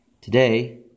Today